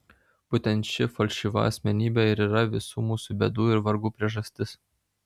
būtent ši falšyva asmenybė ir yra visų mūsų bėdų ir vargų priežastis